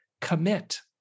commit